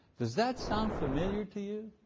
does that sound familiar to you?